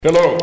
Hello